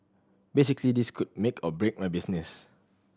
basically this could make or break my business